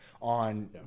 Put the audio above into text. on